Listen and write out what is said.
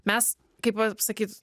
mes kaip apsakyt